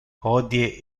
hodie